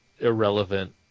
irrelevant